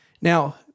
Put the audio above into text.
Now